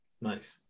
Nice